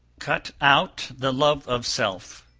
cut out the love of self,